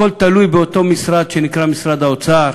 הכול תלוי באותו משרד שנקרא משרד האוצר,